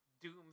doom